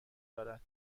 دارد